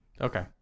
Okay